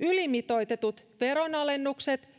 ylimitoitetut veronalennukset